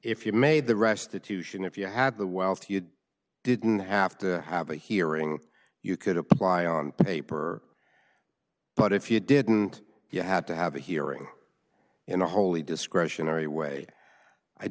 if you made the restitution if you had the wealth you didn't have to have a hearing you could apply on paper but if you didn't you had to have a hearing in a holy discretionary way i